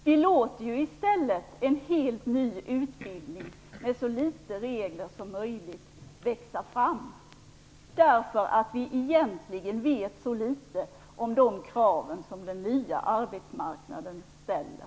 Vi låter i stället en helt ny utbildning med så litet regler som möjligt växa fram, därför att vi egentligen vet så litet om de krav som den nya arbetsmarknaden ställer.